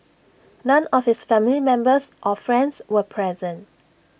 none of his family members or friends were present